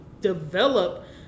develop